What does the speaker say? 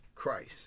Christ